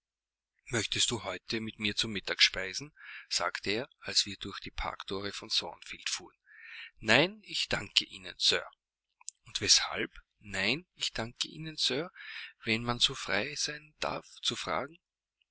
möchtest du heute mit mir zu mittag speisen sagte er als wir durch die parkthore von thornfield fuhren nein ich danke ihnen sir und weshalb nein ich danke ihnen sir wenn man so frei sein darf zu fragen